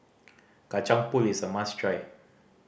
Kacang Pool is a must try